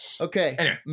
Okay